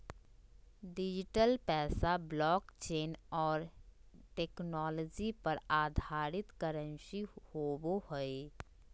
digital पैसा blockchain और technology पर आधारित करंसी होवो हइ